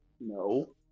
No